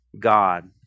God